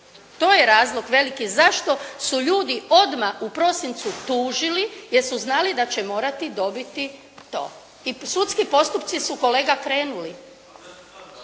To je razlog veliki zašto su ljudi odmah u prosincu tužili jer su znali da će morati dobiti to. I sudski postupci su kolega krenuli.